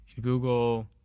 Google